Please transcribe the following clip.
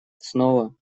снова